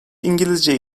i̇ngilizce